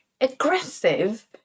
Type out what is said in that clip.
aggressive